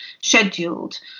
scheduled